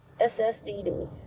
SSDD